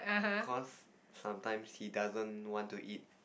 cause sometimes he doesn't want to eat